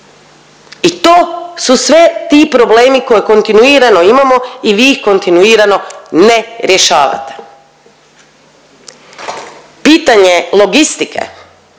I to su sve ti problemi koje kontinuirano imamo i vi ih kontinuirano ne rješavate. Pitanje logistike